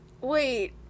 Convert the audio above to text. wait